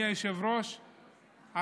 יושב-ראש הכנסת,